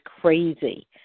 crazy